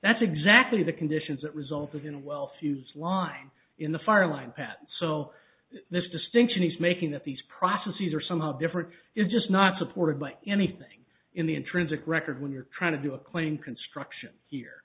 that's exactly the conditions that resulted in well fuse line in the fire line path so this distinction is making that these processes are somehow different is just not supported by anything in the intrinsic record when you're trying to do a claim construction here